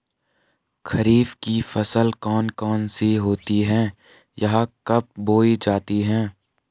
खरीफ की फसल कौन कौन सी होती हैं यह कब बोई जाती हैं?